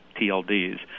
TLDs